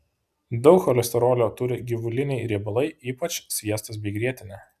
daug cholesterolio turi gyvuliniai riebalai ypač sviestas bei grietinė